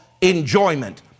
enjoyment